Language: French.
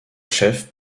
chef